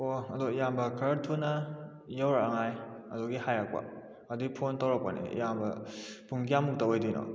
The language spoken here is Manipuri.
ꯑꯣꯑꯣ ꯑꯗꯣ ꯏꯌꯥꯝꯕ ꯈꯔ ꯊꯨꯅ ꯌꯧꯔꯛꯅꯉꯥꯏ ꯑꯗꯨꯒꯤ ꯍꯥꯏꯔꯛꯄ ꯑꯗꯨꯒꯤ ꯐꯣꯟ ꯇꯧꯔꯛꯄꯅꯦ ꯏꯌꯥꯝꯕ ꯄꯨꯡ ꯀꯌꯥꯃꯨꯛꯇ ꯑꯣꯏꯗꯣꯏꯅꯣ